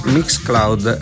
Mixcloud